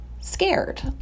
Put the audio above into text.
scared